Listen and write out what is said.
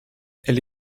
elle